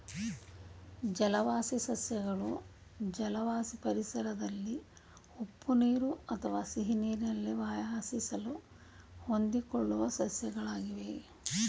ಜಲವಾಸಿ ಸಸ್ಯಗಳು ಜಲವಾಸಿ ಪರಿಸರದಲ್ಲಿ ಉಪ್ಪು ನೀರು ಅಥವಾ ಸಿಹಿನೀರಲ್ಲಿ ವಾಸಿಸಲು ಹೊಂದಿಕೊಳ್ಳುವ ಸಸ್ಯಗಳಾಗಿವೆ